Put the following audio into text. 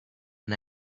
and